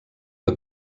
que